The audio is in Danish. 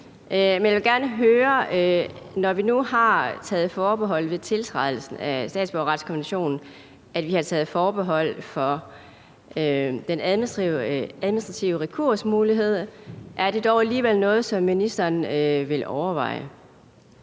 når vi nu har taget forbehold ved tiltrædelsen af statsborgerretskonventionen, hvor vi har taget forbehold for den administrative rekursmulighed, om det dog alligevel er noget, som ministeren vil overveje.